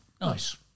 Nice